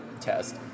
test